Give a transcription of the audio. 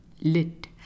Lit